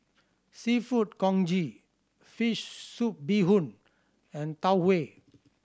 Seafood Congee fish soup bee hoon and Tau Huay